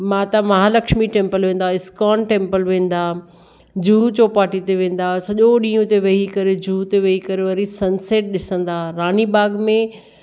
माता महालक्ष्मी टेम्पल वेंदा ISKCON temple वेंदा जुहू चौपाटी ते वेंदा सॼो ॾींहुं हुते वेही करे जुहू ते वेही करे वरी सनसेट ॾिसंदा रानी बाग़ में